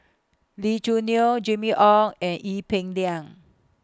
Lee Choo Neo Jimmy Ong and Ee Peng Liang